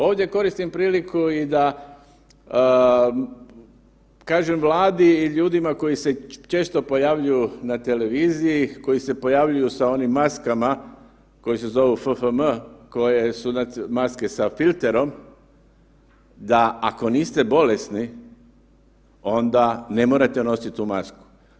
Ovdje koristim priliku i da kažem Vladi i ljudima koji se često pojavljuju na televiziji, koji se pojavljuju sa onim maskama koje se zovu FFM koje su maske sa filterom, da ako niste bolesni, onda ne morate nositi tu masku.